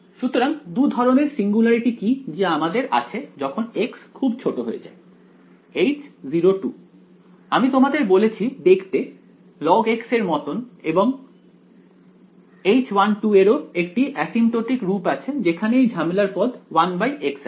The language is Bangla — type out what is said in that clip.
সুতরাং দু ধরনের সিঙ্গুলারিটি কি যা আমাদের আছে যখন x খুব ছোট হয়ে যায় H0 আমি তোমাদের বলেছি দেখতে log এর মতন হয় এবং H1 এর ও একটি আসিম্প্তটিক রূপ আছে যেখানে এই ঝামেলার পদ 1x আছে